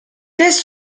test